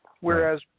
whereas